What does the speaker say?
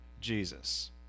Jesus